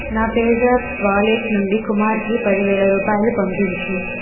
నా పేజ్ app wallet నుండి కుమార్కి పది వేల రూపాయలు పంపించు